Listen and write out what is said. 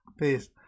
Peace